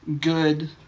good